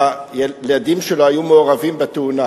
והילדים שלו היו מעורבים בתאונה.